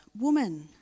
Woman